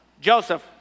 Joseph